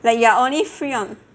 like you are only free on